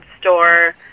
store